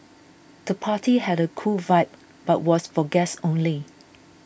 the party had a cool vibe but was for guests only